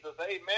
amen